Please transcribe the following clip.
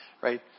right